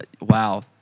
wow